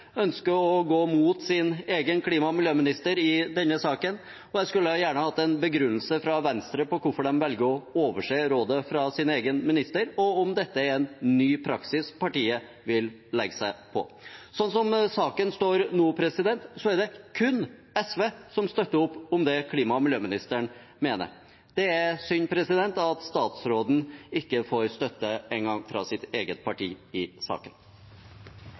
ønsker å gå mot sin egen klima- og miljøminister i denne saken. Jeg skulle gjerne hatt en begrunnelse fra Venstre for hvorfor de velger å overse rådet fra sin egen minister, og om dette er en ny praksis partiet vil legge seg på. Sånn som saken står nå, er det kun SV som støtter opp om det klima- og miljøministeren mener. Det er synd at statsråden ikke engang får støtte fra sitt eget parti i saken.